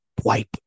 wipe